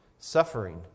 Suffering